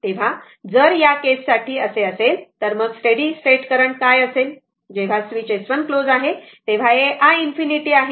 तर जर या केस साठी जर असे असेल तर मग स्टेडी स्टेट करंट काय असेल जेव्हा स्वीच S1 क्लोज आहे तेव्हा हे i ∞ आहे